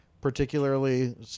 particularly